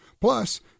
Plus